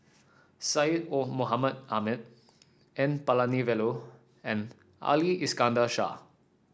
Syed Mohamed Ahmed N Palanivelu and Ali Iskandar Shah